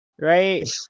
right